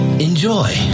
Enjoy